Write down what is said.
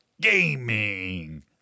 gaming